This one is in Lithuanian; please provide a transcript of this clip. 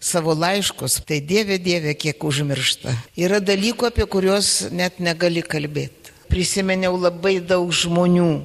savo laiškus tai dieve dieve kiek užmiršta yra dalykų apie kuriuos net negali kalbėt prisiminiau labai daug žmonių